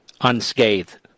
unscathed